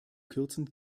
kürzen